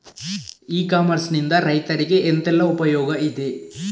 E commerce ನಿಂದ ರೈತರಿಗೆ ಎಂತೆಲ್ಲ ಉಪಯೋಗ ಇದೆ?